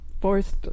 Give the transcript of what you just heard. forced